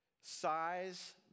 size